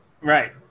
Right